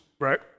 Right